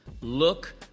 Look